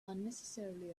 unnecessarily